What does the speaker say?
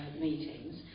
meetings